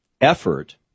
effort